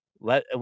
let